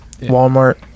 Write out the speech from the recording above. Walmart